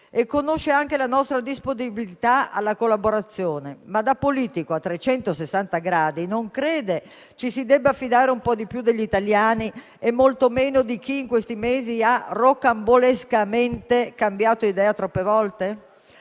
conosce altresì la nostra disponibilità alla collaborazione, ma da politico a 360 gradi non crede ci si debba fidare un po' di più degli italiani e molto meno di chi in questi mesi ha rocambolescamente cambiato idea troppe volte?